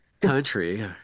country